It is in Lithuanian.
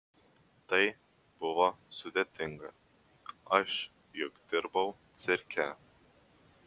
tai buvo sudėtinga aš juk dirbau cirke